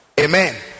Amen